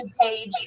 page